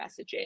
messaging